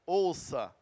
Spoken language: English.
ouça